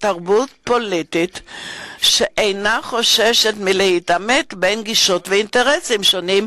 תרבות פוליטית שאינה חוששת לעמת גישות ואינטרסים שונים,